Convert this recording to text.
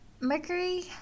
Mercury